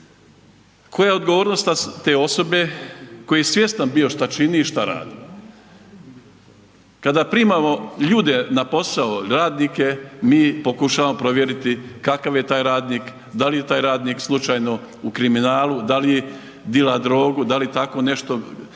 Koja je odgovornost te osobe koji je svjestan što čini i što radi? Kada primamo ljude na posao radnike mi ih pokušavamo provjeriti kakav je taj radnik, da li je taj radnik slučajno u kriminalu, da li dila drogu, da li tako nešto,